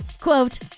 quote